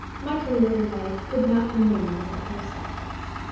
my career in life could not be made at the post office.